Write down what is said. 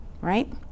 right